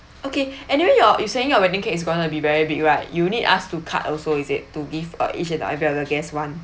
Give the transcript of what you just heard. okay anyway your you saying your wedding cake is gonna be very big right you need us to cut also is it to give out is it ah I better guess one